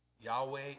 Yahweh